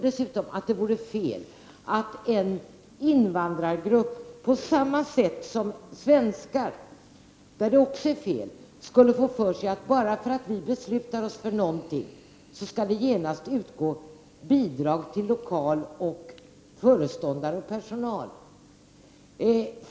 Dessutom vore det fel om en invandrargrupp, på samma sätt som om det gällde svenskar, skulle få för sig att bara för att riksdagen fattar ett beslut, skall det genast utgå bidrag till lokal, föreståndare och personal.